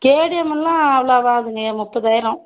கேடிஎம்மெல்லாம் அவ்வளோ வராதுங்க முப்பதாயிரம்